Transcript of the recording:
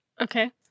Okay